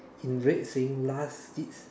in red saying last seats